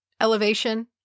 elevation